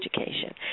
education